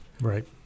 right